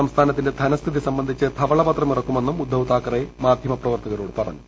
സംസ്ഥാനത്തിന്റെ ധനസ്ഥിതി സംബന്ധിച്ച് ധവളപത്രം ഇറക്കുമെന്നും ഉദ്ധവ് താക്കറെ മാധ്യമപ്രവർത്തകരോട് പറഞ്ഞു